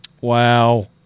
Wow